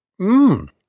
Mmm